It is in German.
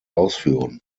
ausführen